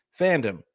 fandom